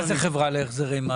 מה זה חברה להחזרי מס?